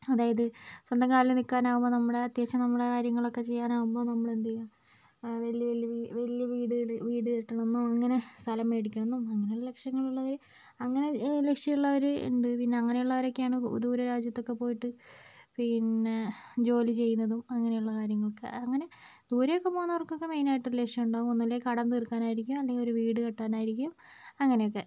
അതായത് സ്വന്തം കാലിൽ നിൽക്കാനാവുമ്പോൾ നമ്മുടെ അത്യാവശ്യം നമ്മുടെ കാര്യങ്ങളൊക്കെ ചെയ്യാനാവുമ്പോൾ നമ്മളെന്തു ചെയ്യും ആ വലിയ വലിയ വീ വലിയ വീട് വീട് കെട്ടണംന്നോ അങ്ങനെ സ്ഥലം മേടിക്കണംന്നും അങ്ങനെയുള്ള ലക്ഷ്യങ്ങളുള്ളവർ അങ്ങനെ ലക്ഷ്യം ഉള്ളവർ ഉണ്ട് പിന്നെ അങ്ങനെയുള്ളവരൊക്കെയാണ് ദൂരെ രാജ്യത്തൊക്കെ പോയിട്ട് പിന്നെ ജോലി ചെയ്യുന്നതും അങ്ങനെയുള്ള കാര്യങ്ങളൊക്കെ അങ്ങനെ ദൂരെയൊക്കെ പോകുന്നവർക്കൊക്കെ മെയിനായിട്ട് ഒരു ലക്ഷ്യമുണ്ടാകും ഒന്നുല്ലെൽ കടം തീർക്കാനായിരിക്കും അല്ലെങ്കിൽ ഒരു വീട് കെട്ടാനായിരിക്കും അങ്ങനെയൊക്കെ